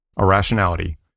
Irrationality